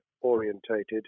orientated